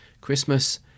Christmas